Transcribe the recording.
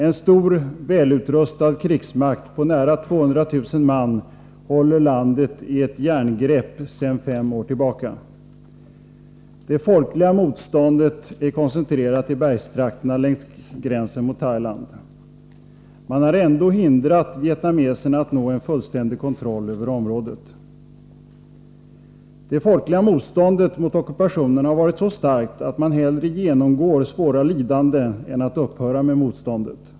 En stor välutrustad krigsmakt på nära 200 000 man håller landet i ett järngrepp sedan fem år tillbaka. Det folkliga motståndet är koncentrerat till bergstrakterna längs gränsen mot Thailand. Man har ändå hindrat vietnameserna att nå en fullständig kontroll över området. Det folkliga motståndet mot ockupationen har varit så starkt att man hellre genomgår svåra lidanden än att upphöra med motståndet.